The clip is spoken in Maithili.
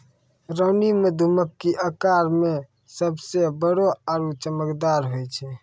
रानी मधुमक्खी आकार मॅ सबसॅ बड़ो आरो चमकदार होय छै